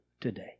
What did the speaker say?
today